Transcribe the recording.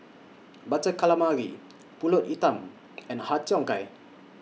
Butter Calamari Pulut Hitam and Har Cheong Gai